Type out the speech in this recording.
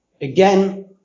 Again